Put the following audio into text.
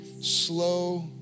slow